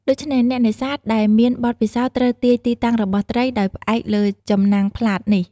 ដូច្នេះ អ្នកនេសាទដែលមានបទពិសោធន៍ត្រូវទាយទីតាំងរបស់ត្រីដោយផ្អែកលើចំណាំងផ្លាតនេះ។